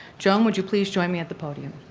joan, would you please join me at the podium.